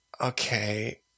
Okay